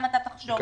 גם אתה תחשוב.